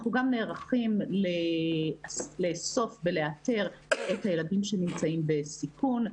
אנחנו גם נערכים לאסוף ולאתר את הילדים שנמצאים בסיכון,